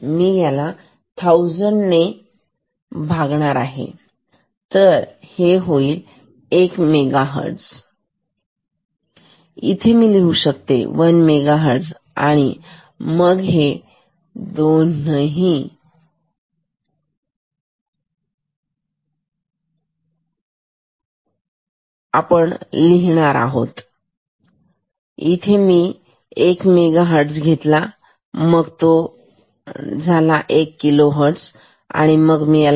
बघा मी याला 1000 ने भागत आहे तर हे होईल 1 मेगाहर्ट्झ इथे मी लिहू शकते 1 मेगाहर्ट्झ आणि मग हे होईल 1 किलो हर्ट्झ बरोबर